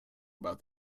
about